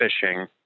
fishing